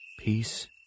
Peace